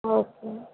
okay